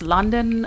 London